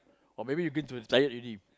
or maybe you going to retired already